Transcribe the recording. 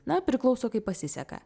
na priklauso kaip pasiseka